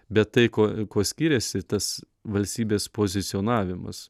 bet tai ko kuo skiriasi tas valstybės pozicionavimas